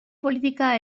politika